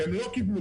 הם לא קיבלו.